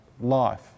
life